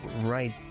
right